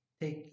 take